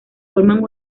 forman